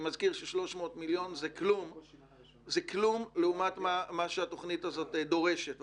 אני מזכיר ש-300 מיליון זה כלום לעומת מה שהתוכנית הזאת דורשת.